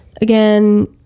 Again